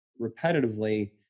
repetitively